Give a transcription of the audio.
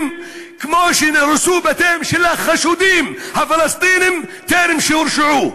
כמו שנהרסו בתיהם של החשודים הפלסטינים טרם שהורשעו.